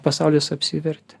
pasaulis apsivertė